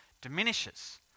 diminishes